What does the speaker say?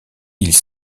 ils